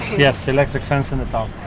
yes, electric fence in the top.